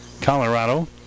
colorado